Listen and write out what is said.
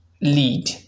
lead